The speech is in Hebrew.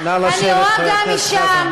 אני רואה גם משם.